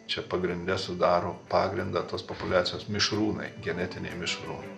čia pagrinde sudaro pagrindą tos populiacijos mišrūnai genetiniai mišrūn